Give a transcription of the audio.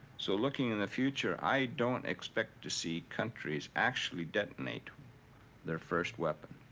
so looking in the future, i don't expect to see countries actually detonate their first weapon.